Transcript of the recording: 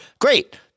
Great